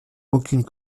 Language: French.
aucune